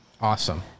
Awesome